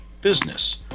business